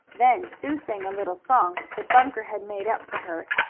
then sue sang a little song, that bunker had made up for her,